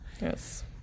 Yes